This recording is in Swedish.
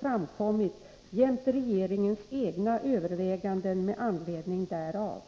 framkommit jämte regeringens egna överväganden med anledning därav.